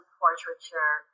portraiture